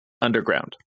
underground